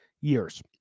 years